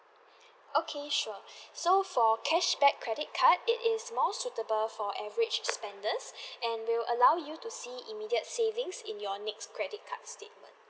okay sure so for cashback credit card it is more suitable for average spenders and will allow you to see immediate savings in your next credit card's statement